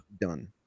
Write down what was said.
done